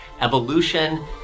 Evolution